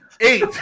Eight